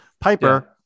Piper